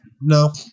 No